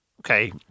okay